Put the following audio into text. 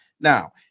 Now